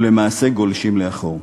ולמעשה גולשים לאחור.